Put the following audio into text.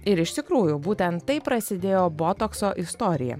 ir iš tikrųjų būtent taip prasidėjo botokso istorija